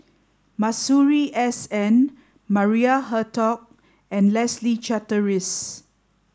Masuri S N Maria Hertogh and Leslie Charteris